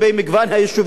צורת ההתיישבות,